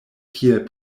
kiel